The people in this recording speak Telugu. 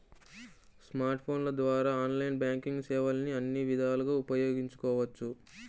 స్మార్ట్ ఫోన్ల ద్వారా ఆన్లైన్ బ్యాంకింగ్ సేవల్ని అన్ని విధాలుగా ఉపయోగించవచ్చు